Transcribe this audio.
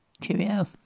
Cheerio